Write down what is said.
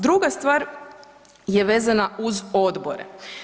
Druga stvar je vezana uz odbore.